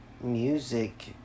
music